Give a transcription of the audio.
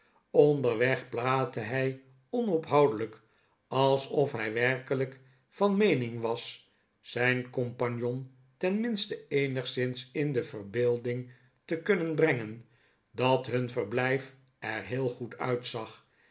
onderweg praatte hij onophoudelijk alsof hij werkelijk van meening was zijn compagnon tenminste eenigszins in de verbeelding te kunnen brengen dat hun verblijf er heel goed uitzag